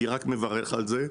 אני רק מברך על זה.